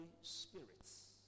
spirits